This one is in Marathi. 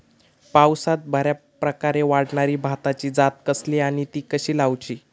पावसात बऱ्याप्रकारे वाढणारी भाताची जात कसली आणि ती कशी लाऊची?